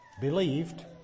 believed